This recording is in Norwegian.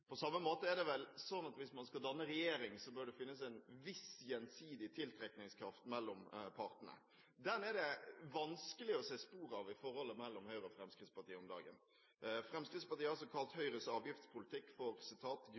På samme måte er det vel sånn at hvis man skal danne regjering, bør det finnes en viss gjensidig tiltrekningskraft mellom partene. Den er det vanskelig å se spor av i forholdet mellom Høyre og Fremskrittspartiet om dagen. Fremskrittspartiet har kalt Høyres avgiftspolitikk for